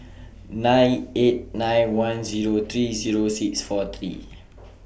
nine eight nine one Zero three Zero six four three